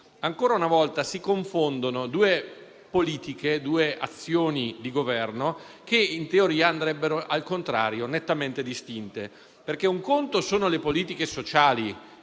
Ancora una volta si confondono due politiche, due azioni di Governo che in teoria andrebbero, al contrario, nettamente distinte perché un conto sono le politiche sociali,